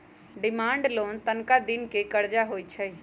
demand loan तनका दिन के करजा होइ छइ